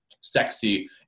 sexy